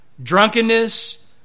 Drunkenness